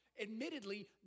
admittedly